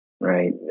right